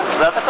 כן, זה התקנון.